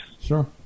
Sure